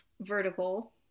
vertical